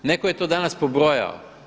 Netko je to danas pobrojao.